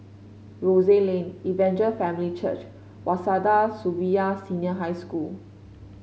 Rose Lane Evangel Family Church Waseda Shibuya Senior High School